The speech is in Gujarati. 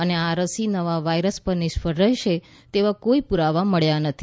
અને આ રસી નવા વાયરસ પર નિષ્ફળ રહેશે તેવા કોઈ પુરાવા મબ્યા નથી